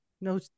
No